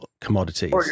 commodities